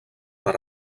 per